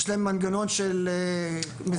יש להם מנגנון של --- רועי,